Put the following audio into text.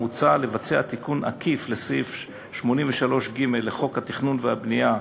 מוצע לבצע תיקון עקיף לסעיף 83ג לחוק התכנון והבנייה,